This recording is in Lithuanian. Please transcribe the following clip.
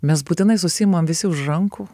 mes būtinai susiimam visi už rankų